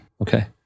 Okay